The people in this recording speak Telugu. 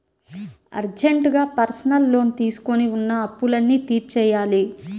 అర్జెంటుగా పర్సనల్ లోన్ తీసుకొని ఉన్న అప్పులన్నీ తీర్చేయ్యాలి